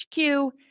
HQ